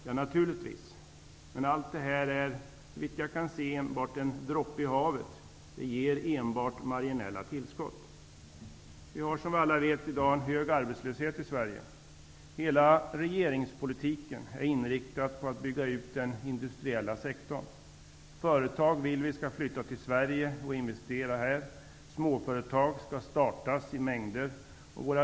Ja, naturligtvis, men det blir bara en droppe i havet. Det ger enbart marginella tillskott. Vi har, som vi alla vet, i dag en hög arbetslöshet i Sverige. Hela regeringspolitiken är inriktad på att bygga ut den industriella sektorn. Vi vill att företag skall flytta till Sverige och investera här. Småföretag skall startas i det sammanhanget.